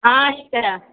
अच्छा